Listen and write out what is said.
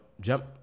jump